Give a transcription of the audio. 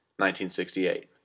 1968